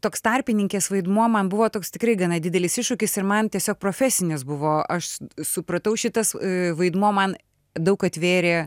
toks tarpininkės vaidmuo man buvo toks tikrai gana didelis iššūkis ir man tiesiog profesinis buvo aš supratau šitas vaidmuo man daug atvėrė